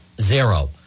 Zero